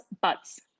Buds